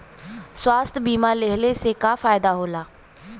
स्वास्थ्य बीमा लेहले से का फायदा होला?